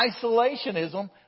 isolationism